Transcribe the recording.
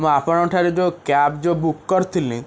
ମୁଁ ଆପଣଙ୍କଠାରେ ଯେଉଁ କ୍ୟାବ ଯେଉଁ ବୁକ୍ କରିଥିଲି